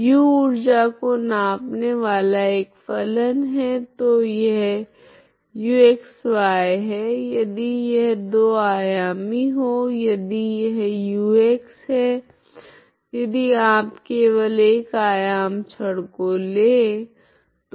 U ऊर्जा को नापने वाला एक फलन है तो यह uxy है यदि यह दो आयामी हो यदि यह u है यदि आप केवल एक आयाम छड़ को ले तो